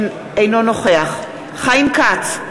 אינו נוכח חיים כץ,